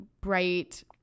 bright